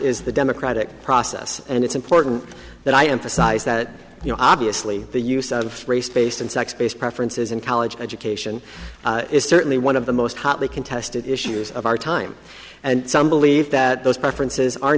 is the democratic process and it's important that i emphasize that you know obviously the use of race based on sex based preferences in college education is certainly one of the most hotly contested issues of our time and some believe that those preferences are